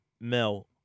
Mel